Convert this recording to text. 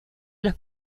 los